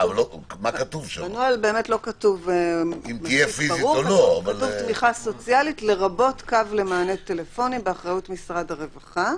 בנוהל כתוב: תמיכה סוציאלית לרבות קו למענה טלפוני באחריות משרד הרווחה,